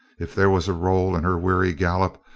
if there was a roll in her weary gallop,